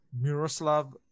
Miroslav